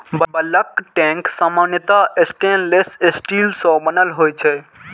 bulk tank सामान्यतः stainless steel सं बनल होइ छै